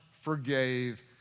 forgave